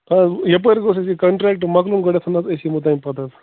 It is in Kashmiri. آ یَپٲرۍ حظ گوٚژھ اَسہِ یہِ کنٛٹرٛٮ۪کٹہٕ مۅکلُن گۄڈٮ۪تھ پتہٕ أسۍ یِمو تَمہِ پَتہٕ حظ